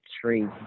three